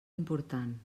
important